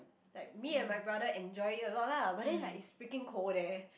like me and my brother enjoying a lot lah but then like it's freaking cold there